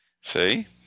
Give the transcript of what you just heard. See